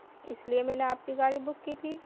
اس لیے میں نے آپ کی گاڑی بک کی تھی